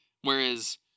Whereas